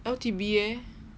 L_T_B eh